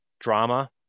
drama